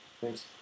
thanks